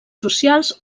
socials